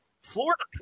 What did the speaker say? Florida